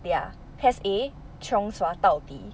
they are PES A chiong sua 到底